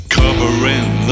covering